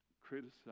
criticize